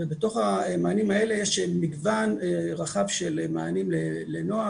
ובתוך המענים האלה יש מגוון רחב של מענים לנוער,